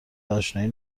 اشنایی